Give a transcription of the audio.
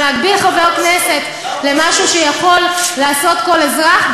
אבל להגביל חבר כנסת למשהו שיכול לעשות כל אזרח,